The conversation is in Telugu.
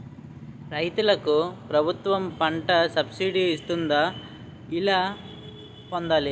రైతులకు ప్రభుత్వం పంట సబ్సిడీ ఇస్తుందా? ఎలా పొందాలి?